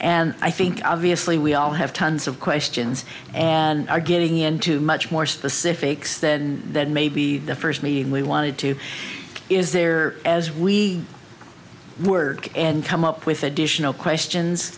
and i think obviously we all have tons of questions and are getting into much more specifics than that maybe the first meeting we wanted to is there as we work and come up with additional questions